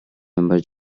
member